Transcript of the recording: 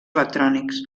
electrònics